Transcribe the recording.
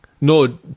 No